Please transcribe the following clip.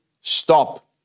stop